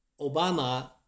Obama